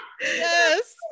yes